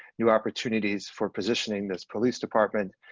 new opportunities for positioning this police department.